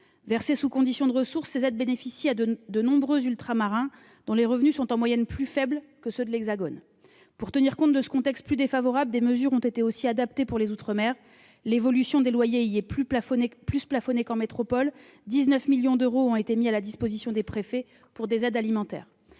Versées sous condition de ressources, ces aides bénéficient à de nombreux Ultramarins, dont les revenus sont en moyenne plus faibles que ceux de nos concitoyens vivant dans l'Hexagone. Pour tenir compte de ce contexte plus défavorable, des mesures ont aussi été adaptées pour les outre-mer : l'évolution des loyers y est davantage plafonnée qu'en métropole, et 19 millions d'euros ont été mis à la disposition des préfets pour des aides alimentaires.